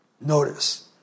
notice